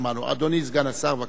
אדוני סגן השר, בבקשה.